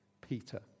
Peter